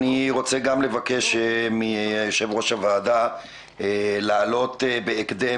אני רוצה גם לבקש מיושב-ראש הוועדה להעלות בהקדם